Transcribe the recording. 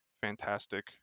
fantastic